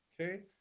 okay